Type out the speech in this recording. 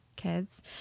kids